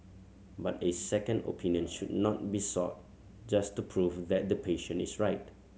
but a second opinion should not be sought just to prove that the patient is right